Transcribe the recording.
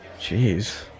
Jeez